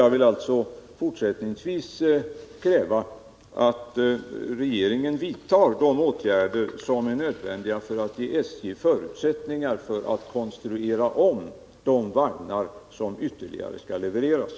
Jag vill därför fortsättningsvis kräva att regeringen vidtar de åtgärder som är nödvändiga för att ge SJ förutsättningar att konstruera om de vagnar som ytterligare skall levereras.